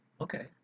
Okay